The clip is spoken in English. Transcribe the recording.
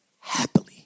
happily